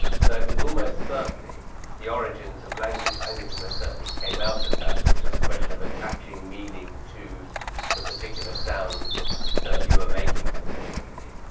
so it was almost certainly the origins of language. language almost certainly came out of that. it was just a question of attaching meaning to the particular sounds that you were making consistently.